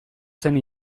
zen